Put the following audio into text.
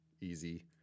easy